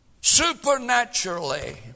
supernaturally